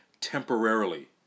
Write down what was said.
temporarily